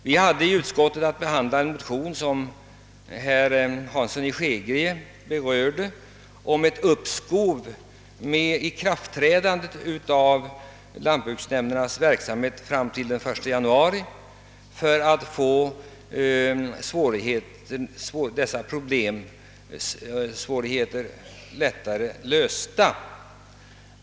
Vi hade i utskottet att behandla en motion som herr Hansson i Skegrie berörde och som gällde uppskov med ikraftträdandet av beslutet om lantbruksnämndernas verksamhet till den 1 januari för att dessa problem lättare skulle kunna lösas.